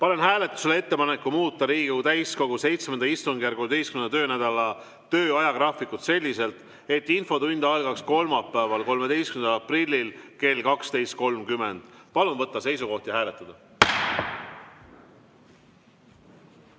Panen hääletusele ettepaneku muuta Riigikogu täiskogu VII istungjärgu 11. töönädala tööajagraafikut selliselt, et infotund algaks kolmapäeval, 13. aprillil kell 12.30. Palun võtta seisukoht ja hääletada!